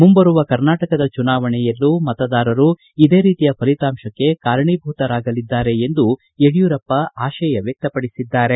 ಮುಂಬರುವ ಕರ್ನಾಟಕದಲ್ಲಿ ಚುನಾವಣೆಯಲ್ಲೂ ಮತದಾರರು ಇದೇ ರೀತಿಯ ಫಲಿತಾಂಶಕ್ಕೆ ಕಾರಣೀಭೂತರಾಗಲಿದ್ದಾರೆ ಎಂದು ಯಡ್ಕೂರಪ್ಪ ಆಶಯ ವ್ವಕ್ತಪಡಿಸಿದ್ದಾರೆ